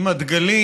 עם הדגלים.